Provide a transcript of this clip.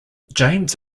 james